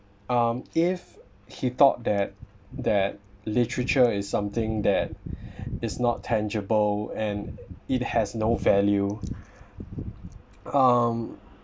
um if he thought that that literature is something that is not tangible and it has no value um